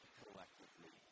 collectively